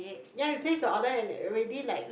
ya we place the order and already like